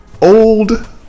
old